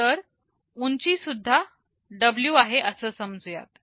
तर उंची सुद्धा W आहे असं समजू यात